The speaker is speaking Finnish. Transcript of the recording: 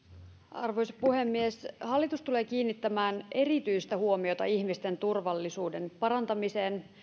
arvoisa puhemies hallitus tulee kiinnittämään erityistä huomioita ihmisten turvallisuuden parantamiseen